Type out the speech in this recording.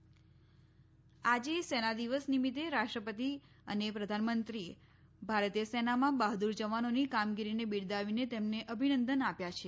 સેના દિવસ આજે સેના દિવસ નિમિત્તે રાષ્ટ્રપતિ અને પ્રધાનમંત્રીએ ભારતીય સેનામાં બહાદુર જવાનોની કામગીરીને બિરદાવીને તેમને અભિનંદન આપ્યા છે